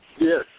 Yes